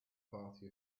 party